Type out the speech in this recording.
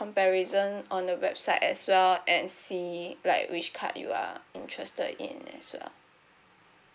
comparison on the website as well and see like which card you are interested in as well